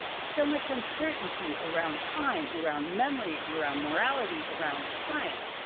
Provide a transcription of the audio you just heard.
so much uncertainty around time, around memory, around morality, around science,